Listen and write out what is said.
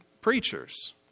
preachers